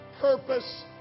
purpose